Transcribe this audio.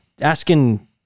Asking